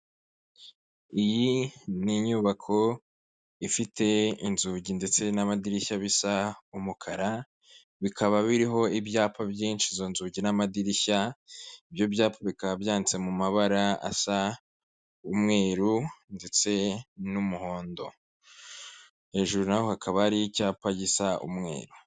Iyi ni inyubako ifite inzugi ndetse n'amadirishya bisa umukara, bikaba biriho ibyapa byinshi izo nzugi n'amadirishya, ibyo byapa bikaba byandintse mu mabara asa umweru ndetse n'umuhondo, hejuru naho hakaba hari icyapa gisa umweru.